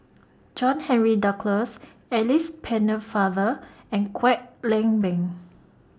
John Henry Duclos Alice Pennefather and Kwek Leng Beng